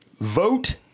Vote